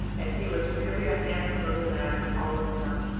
and he was really a handsome little lad when all was done.